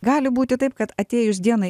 gali būti taip kad atėjus dienai